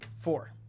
Four